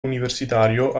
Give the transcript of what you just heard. universitario